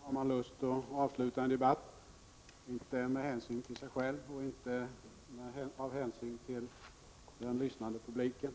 Fru talman! Ibland har man lust att avsluta en debatt inte med hänsyn till sig själv och inte ens av hänsyn till den lyssnande publiken